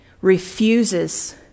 refuses